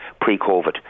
pre-COVID